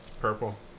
purple